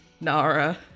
Nara